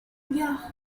yeah